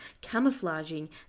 camouflaging